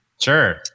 Sure